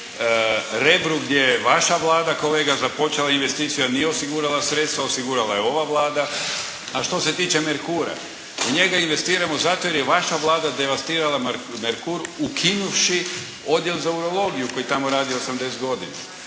Rebru gdje je vaša Vlada započela investiciju a nije osigurala sredstva, osigurala je ova vlada. A što se tiče Merkura, njega investiramo zato jer je vaša Vlada devastirala Merkur ukinuvši odjel za urologiju koji tamo radi 80 godina.